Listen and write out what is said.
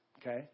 okay